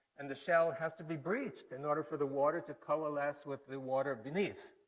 and the shell has to be breached in order for the water to coalesce with the water beneath.